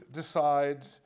decides